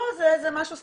פה זה משהו ספציפי,